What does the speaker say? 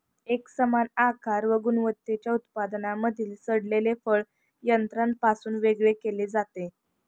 एकसमान आकार व गुणवत्तेच्या उत्पादनांमधील सडलेले फळ यंत्रापासून वेगळे केले जाते